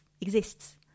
exists